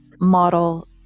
model